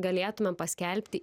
galėtumėm paskelbti